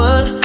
One